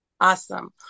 Awesome